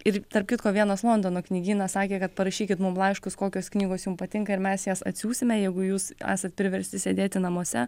ir tarp kitko vienas londono knygynas sakė kad parašykit mum laiškus kokios knygos jum patinka ir mes jas atsiųsime jeigu jūs esat priversti sėdėti namuose